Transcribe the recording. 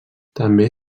també